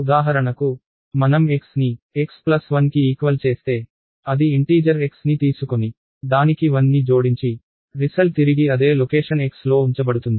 ఉదాహరణకు మనం x ని x 1 కి ఈక్వల్ చేస్తే అది ఇంటీజర్ x ని తీసుకొని దానికి 1ని జోడించి ఫలితం తిరిగి అదే లొకేషన్ x లో ఉంచబడుతుంది